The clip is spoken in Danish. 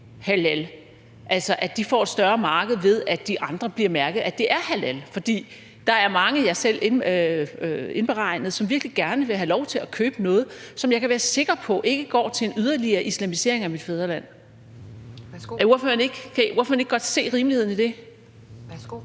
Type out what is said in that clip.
altså at de får et større marked ved, at de andre bliver mærket med, at de er halal. For der er mange – mig selv iberegnet – som virkelig gerne vil have lov til at købe noget, som jeg kan være sikker på ikke går til en yderligere islamisering af mit fædreland. Kan ordføreren ikke godt se rimeligheden i det? Kl.